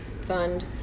fund